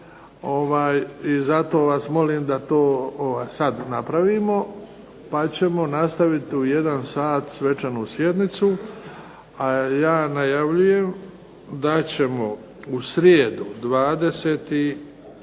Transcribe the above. I zato vas molim da to sad napravimo pa ćemo nastaviti u 13 sati svečanu sjednicu, a ja najavljujem da ćemo u srijedu 20.10.